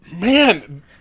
man